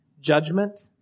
judgment